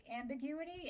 ambiguity